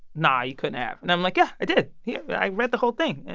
no, you couldn't have. and i'm like yeah, i did. here, i read the whole thing.